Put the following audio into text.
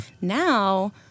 Now